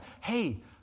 hey